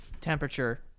temperature